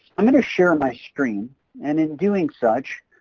i'm going to share my screen and in doing such,